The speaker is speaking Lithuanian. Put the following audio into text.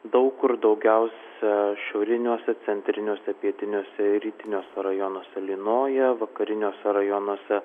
daug kur daugiausia šiauriniuose centriniuose pietiniuose rytiniuose rajonuose lynoja vakariniuose rajonuose